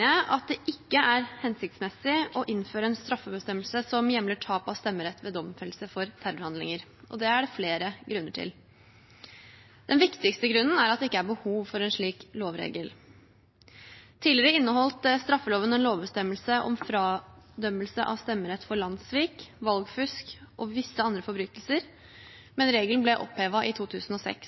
jeg det ikke er hensiktsmessig å innføre en straffebestemmelse som hjemler tap av stemmerett ved domfellelse for terrorhandlinger, og det er det flere grunner til. Den viktigste grunnen er at det ikke er behov for en slik lovregel. Tidligere inneholdt straffeloven en lovbestemmelse om fradømmelse av stemmerett for landssvik, valgfusk og visse andre forbrytelser, men regelen ble